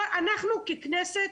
אנחנו ככנסת,